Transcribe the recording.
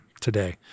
today